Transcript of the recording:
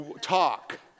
talk